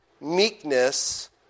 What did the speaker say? meekness